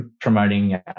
promoting